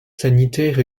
sanitaires